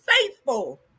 faithful